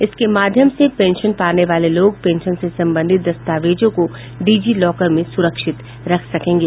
इसके माध्यम से पेंशन पाने वाले लोग पेंशन से संबंधित दस्तावेजों को डिजी लॉकर में सुरक्षित रख सकेंगे